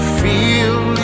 feel